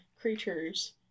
creatures